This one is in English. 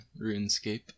runescape